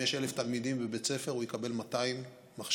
אם יש 1,000 תלמידים בבית ספר הוא יקבל 200 מחשבים.